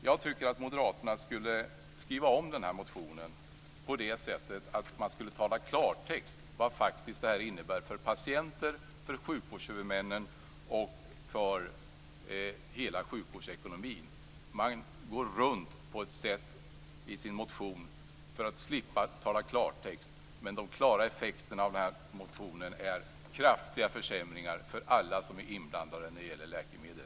Jag tycker att moderaterna skall skriva om motionen på ett sådant sätt att man talar klarspråk om vad det här faktiskt innebär för patienterna, för sjukvårdshuvudmännen och för hela sjukvårdsekonomin. I sin motion går man alltså runt för att slippa tala klarspråk men de klara effekterna av motionen är kraftiga försämringar för alla som är inblandade när det gäller läkemedel.